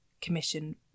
commission